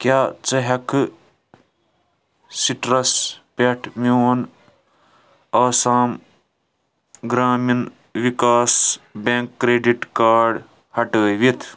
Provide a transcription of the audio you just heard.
کیٛاہ ژٕ ہٮ۪کہٕ سِٹرس پٮ۪ٹھ میٛون Assam Gramin Vikas bank credit card ہٹٲوِتھ